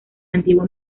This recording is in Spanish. antiguo